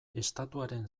estatuaren